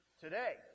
today